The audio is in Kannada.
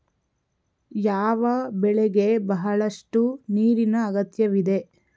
ಯಾವ ಬೆಳೆಗೆ ಬಹಳಷ್ಟು ನೀರಿನ ಅಗತ್ಯವಿದೆ?